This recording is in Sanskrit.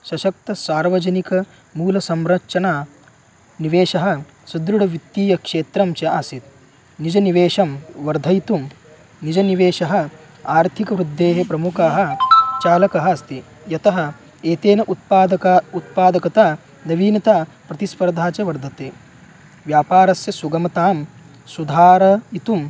सशक्तसार्वजनिक मूलसंरचना निवेशः सुदृढवित्तीयक्षेत्रं च आसीत् निजनिवेशं वर्धयितुं निजनिवेशः आर्थिकवृद्धेः प्रमुखः चालकः अस्ति यतः एतेन उत्पादकता उत्पादकता नवीनता प्रतिस्पर्धा च वर्धते व्यापारस्य सुगमतां सुधारयितुम्